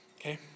Okay